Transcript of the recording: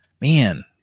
Man